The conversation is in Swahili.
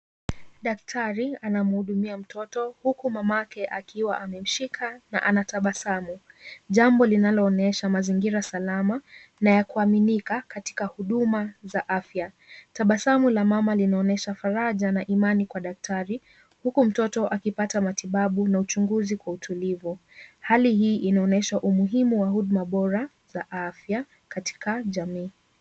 Daktari anamuhudumia mtoto, huku mamake akiwa amemshika na anatabasamu. Jambo linalo onyesha mazingira salama na ya kuaminika katika huduma za afya. Tabasamu la mama linaonyesha faraja na imani kwa daktari huku mtoto akipata matibabu na uchunguzi kwa utulivu. Hali hii inaonyesha umuhimu wa huduma bora za afya katika jamii.